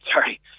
sorry